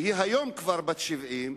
שהיא היום כבר בת 70,